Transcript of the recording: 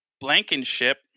Blankenship